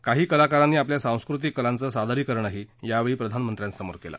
काही कलाकारांनी आपल्या सांस्कृतिक कलांचं सादरीकरणही यावेळी प्रधानमंत्र्यांसमोर केलं